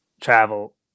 travel